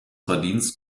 verdienst